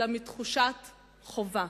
אלא מתחושת חובה.